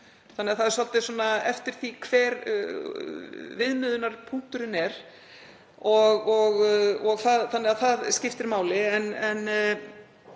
þannig að það fer svolítið eftir því hver viðmiðunarpunkturinn er og það skiptir máli.